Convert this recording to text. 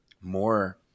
more